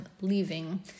leaving